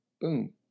boom